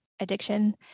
addiction